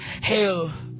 hell